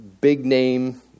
big-name